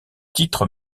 titre